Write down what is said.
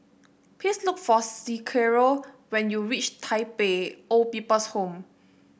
please look for Cicero when you reach Tai Pei Old People's Home